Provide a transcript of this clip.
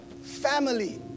Family